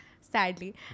sadly